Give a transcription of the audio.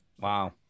Wow